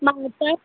मां उतां